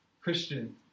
Christian